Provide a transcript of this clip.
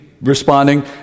responding